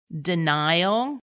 denial